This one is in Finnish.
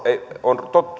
on